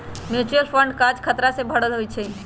mutual fund काज़ खतरा से भरल होइ छइ